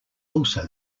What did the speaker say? also